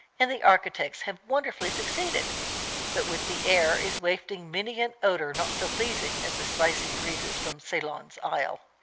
and the architects have wonderfully succeeded but with the air is wafted many an odor not so pleasing as the spicy breezes from ceylon's isle.